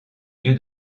lieu